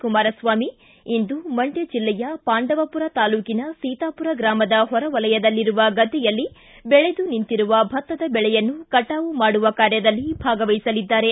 ಕುಮಾರಸ್ವಾಮಿ ಇಂದು ಮಂಡ್ಕ ಜಿಲ್ಲೆಯ ಪಾಂಡವಪುರ ತಾಲ್ಲೂಕಿನ ಸೀತಾಪುರ ಗ್ರಾಮದ ಹೊರಒಲಯದಲ್ಲಿರುವ ಗದ್ದೆಯಲ್ಲಿ ಬೆಳೆದು ನಿಂತಿರುವ ಭತ್ತದ ಬೆಳೆಯನ್ನು ಕಟಾವು ಮಾಡುವ ಕಾರ್ಯದಲ್ಲಿ ಭಾಗವಹಿಸಲಿದ್ದಾರೆ